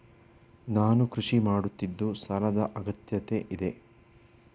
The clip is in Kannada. ನಾನು ಕೃಷಿ ಮಾಡುತ್ತಿದ್ದು ಸಾಲದ ಅಗತ್ಯತೆ ಇದೆ?